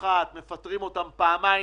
שמפטרים אותם פעמיים